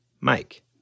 Mike